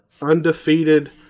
Undefeated